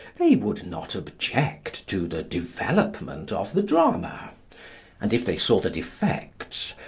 they would not object to the development of the drama and if they saw the defects,